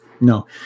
No